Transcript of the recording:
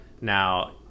Now